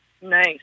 Nice